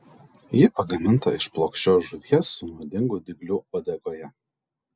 ji pagaminta iš plokščios žuvies su nuodingu dygliu uodegoje